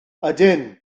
ydyn